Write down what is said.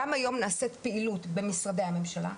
גם היום נעשית פעילות במשרדי הממשלה,